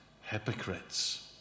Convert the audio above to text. hypocrites